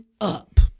up